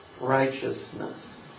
righteousness